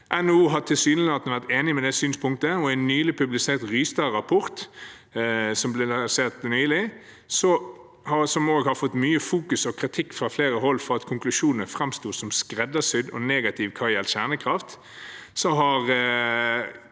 vært enig i det synspunktet. En nylig publisert Rystad-rapport, har fått mye fokus og kritikk fra flere hold for at konklusjonene framstår som skreddersydde og negative hva gjelder kjernekraft.